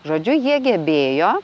žodžiu jie gebėjo